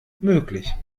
möglich